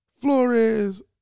Flores